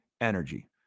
energy